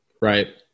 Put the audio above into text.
Right